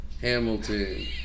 Hamilton